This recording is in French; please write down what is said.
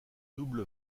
double